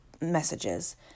messages